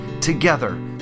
together